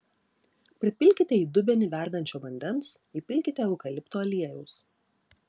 pripilkite į dubenį verdančio vandens įpilkite eukalipto aliejaus